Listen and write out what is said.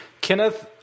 Kenneth